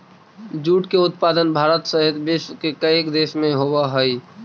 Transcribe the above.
jute के उत्पादन भारत सहित विश्व के कईक देश में होवऽ हइ